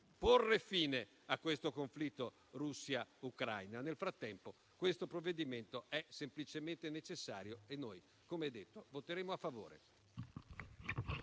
porre fine a questo conflitto tra Russia e Ucraina. Nel frattempo, questo provvedimento è semplicemente necessario e noi - come detto - voteremo a favore.